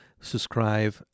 subscribe